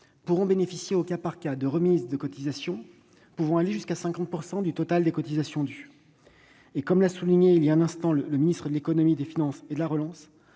pourront bénéficier au cas par cas de remises de cotisations pouvant aller jusqu'à 50 % du total des cotisations dues. Comme l'a indiqué le ministre de l'économie, des finances et de la relance